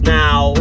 now